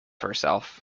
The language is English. herself